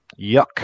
Yuck